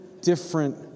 different